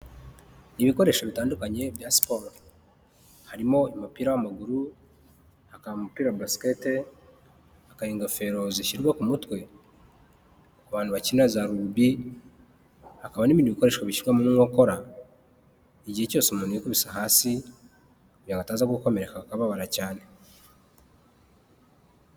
Ibikoresho bitandukanye bya siporo, harimo umupira w'amaguru, hakaba umupira basikete, hakaba ingofero zishyirwa ku mutwe ku bantu bakina za rugubi, hakaba n'ibindi bikoresho bishyirwa mu nkokora igihe cyose umuntu yikubise hasi kugira ngo ataza gukomereka akababara cyane.